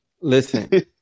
Listen